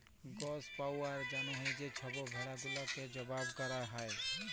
গস পাউয়ার জ্যনহে যে ছব ভেড়া গুলাকে জবাই ক্যরা হ্যয়